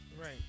Right